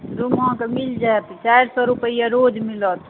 room अहाँकेॅं मिल जायत चारि सए रुपैआ रोज मिलत